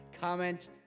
Comment